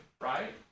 right